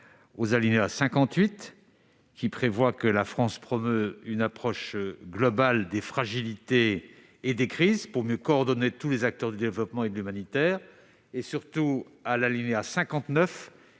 l'alinéa 58, qui prévoit que la France promeut une approche globale des fragilités et des crises pour mieux coordonner tous les acteurs du développement et de l'humanitaire, et, surtout, par l'alinéa 59,